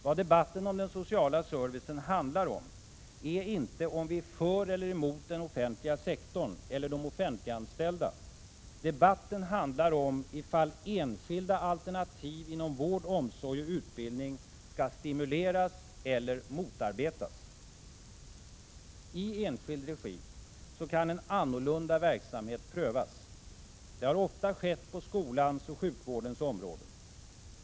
Vad debatten om den sociala servicen handlar om är inte huruvida vi är för eller emot den offentliga sektorn eller de offentliganställda. Debatten handlar om ifall enskilda alternativ inom vård, omsorg och utbildning skall stimuleras eller motarbetas. I enskild regi kan en annorlunda verksamhet prövas. Det har ofta skett på skolans och sjukvårdens områden.